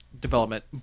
development